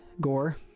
Gore